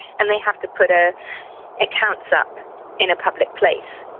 and they have to put ah accounts up in a public place.